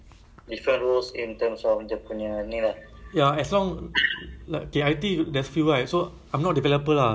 like but mostly mostly also must support ah because my the thing I don't like is the support evac